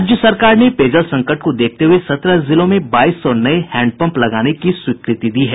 राज्य सरकार ने पेयजल संकट को देखते हुये सत्रह जिलों में बाईस सौ नये हैंडपंप लगाने की स्वीकृति दी है